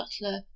butler